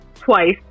twice